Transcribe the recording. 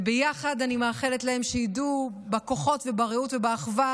וביחד אני מאחלת להם שבכוחות וברעות ובאחווה